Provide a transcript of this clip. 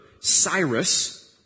Cyrus